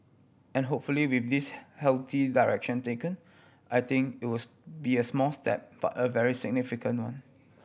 and hopefully with this healthy direction taken I think it was be a small step but a very significant one